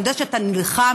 אני יודעת שאתה נלחם,